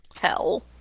hell